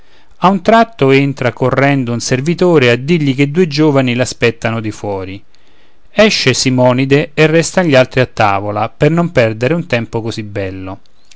a un tratto entra correndo un servitore a dirgli che due giovani l'aspettano di fuori esce simonide e restan gli altri a tavola per non perdere un tempo così bello